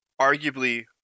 arguably